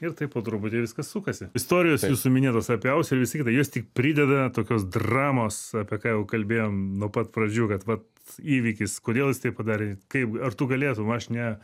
ir taip po truputį viskas sukasi istorijos jūsų minėtos apie ausį ir visa kita jos tik prideda tokios dramos apie ką jau kalbėjom nuo pat pradžių kad vat įvykis kodėl jis tai padarė kaip ar tu galėtum aš ne